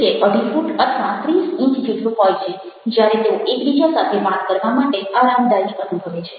તે અઢી ફૂટ અથવા 30 ઇંચ જેટલું હોય છે જ્યારે તેઓ એકબીજા સાથે વાત કરવા માટે આરામદાયી અનુભવે છે